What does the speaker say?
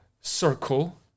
circle